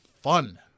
fun